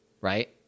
right